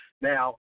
Now